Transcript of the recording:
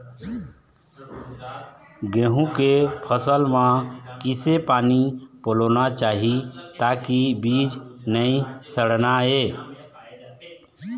गेहूं के फसल म किसे पानी पलोना चाही ताकि बीज नई सड़ना ये?